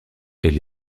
elle